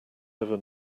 ever